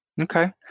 Okay